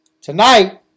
tonight